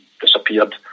Disappeared